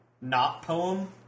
not-poem